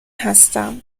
هستم